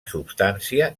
substància